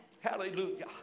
Hallelujah